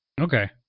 Okay